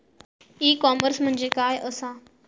E commerce म्हणजे काय असा?